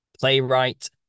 playwright